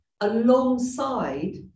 alongside